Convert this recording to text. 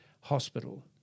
hospital